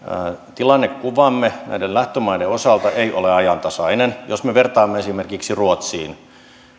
tilannekuvamme näiden lähtömaiden osalta ei ole ajantasainen jos me vertaamme esimerkiksi ruotsiin